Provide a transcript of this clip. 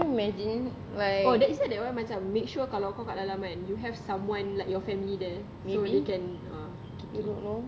can you imagine like maybe I don't know